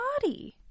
body